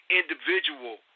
individual